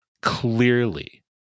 clearly